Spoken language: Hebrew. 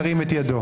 ירים את ידו.